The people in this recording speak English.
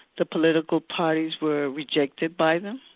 the political parties were rejected by them.